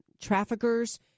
traffickers